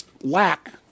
lack